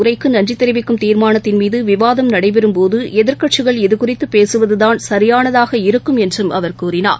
உரைக்குநன்றிதெரிவிக்கும் தீர்மானத்தின் தலைவர் மீதுவிவாதம் நடைபெறம் குடியரசுத் போதுஎதிர்கட்சிகள் இதுகுறித்துபேசுவதுதான் சரியானதாக இருக்கும் என்றும் அவர் கூறினார்